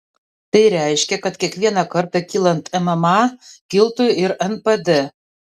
tai reiškia kad kiekvieną kartą kylant mma kiltų ir npd